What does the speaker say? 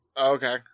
Okay